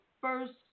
first